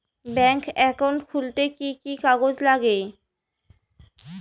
Bank account খুলতে কি কি কাগজ লাগে?